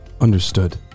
Understood